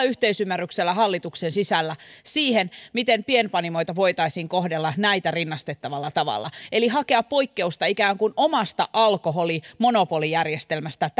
yhteisymmärryksellä hallituksen sisällä siihen miten pienpanimoita voitaisiin kohdella tähän rinnastettavalla tavalla eli ikään kuin hakea poikkeusta omasta alkoholimonopolijärjestelmästämme